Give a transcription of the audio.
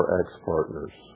ex-partners